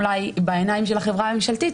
אולי בעיניים של החברה הממשלתית,